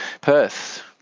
Perth